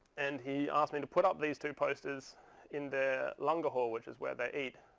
and he asked me to put up these two posters in their langar hall, which is where they eat.